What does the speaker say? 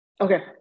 Okay